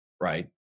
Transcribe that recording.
right